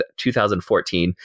2014